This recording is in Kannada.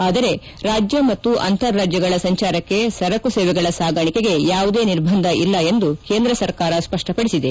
ಆದರೆ ರಾಜ್ಯ ಮತ್ತು ಅಂಶಾರಾಜ್ಯಗಳ ಸಂಜಾರಕ್ಕೆ ಸರಕು ಸೇವೆಗಳ ಸಾಗಾಣಿಕೆಗೆ ಯಾವುದೇ ನಿರ್ಬಂಧ ಇಲ್ಲ ಎಂದು ಕೇಂದ್ರ ಸರ್ಕಾರ ಸ್ಪಷ್ಟಪಡಿಸಿದೆ